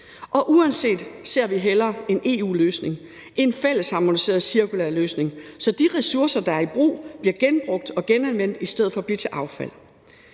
Og uanset hvad, ser vi hellere en EU-løsning, en fælles harmoniseret cirkulær løsning, så de ressourcer, der er i brug, bliver genbrugt og genanvendt i stedet for at blive til affald.